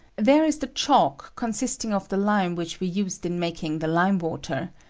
there is the chalk, consisting of the lime which we used in making the lime water,